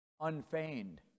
Unfeigned